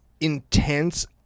intense